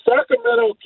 Sacramento